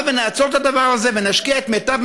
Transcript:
הבה ונעצור את הדבר הזה ונשקיע את מיטב